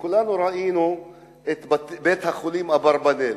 כולנו ראינו את בית-החולים "אברבנאל",